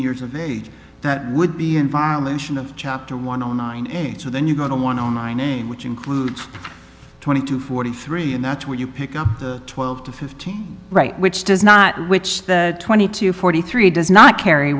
years of age that would be in violation of chapter one and so then you go to one on my name which includes twenty two forty three and that's where you pick up the twelve to fifteen right which does not which the twenty to forty three does not carry